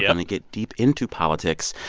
yeah to get deep into politics.